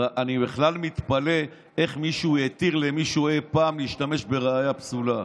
אני בכלל מתפלא איך מישהו התיר למישהו אי-פעם להשתמש בראיה פסולה.